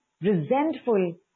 resentful